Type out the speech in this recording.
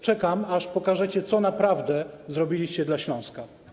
Czekam, aż pokażecie, co naprawdę zrobiliście dla Śląska.